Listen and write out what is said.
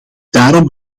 daarom